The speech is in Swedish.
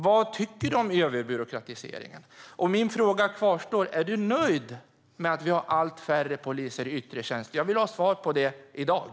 Vad tycker du om överbyråkratiseringen? Är du nöjd med att det finns allt färre poliser i yttre tjänst? Jag vill ha svar i dag.